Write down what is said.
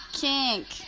kink